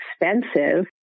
expensive